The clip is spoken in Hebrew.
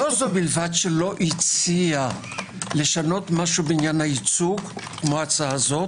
לא זו בלבד שלא הציעה לשנות משהו בעניין הייצוג כמו ההצעה הזו